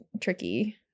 tricky